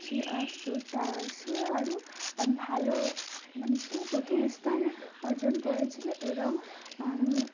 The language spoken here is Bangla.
সে আসত তা সে আরও ভালো মানে সে প্রথম স্থানে অর্জন করেছিলো এবং আমি